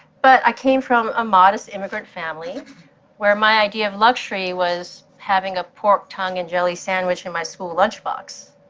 but i came from a modest immigrant family where my idea of luxury was having a pork tongue and jelly sandwich in my school lunchbox,